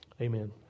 Amen